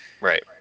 Right